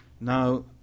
Now